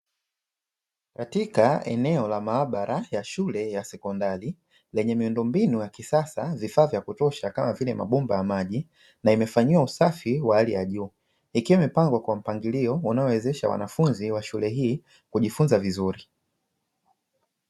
Katika eneo la maabara ya shule ya sekondari lenye miundombinu ya kisasa vifaa vya kutosha kama vile mabomba ya maji na imefanyiwa usafi wa hali ya juu ikiwa mipango kwa mpangilio unaowezesha wanafunzi wa shule hii kujifunza vizuri